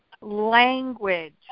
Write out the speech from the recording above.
language